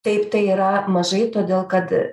taip tai yra mažai todėl kad